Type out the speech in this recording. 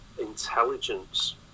intelligence